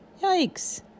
Yikes